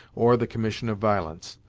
or the commission of violence.